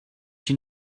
she